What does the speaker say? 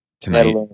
Tonight